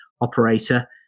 operator